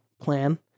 plan